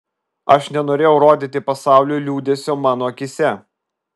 aš nenorėjau rodyti pasauliui liūdesio mano akyse